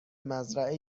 مزرعه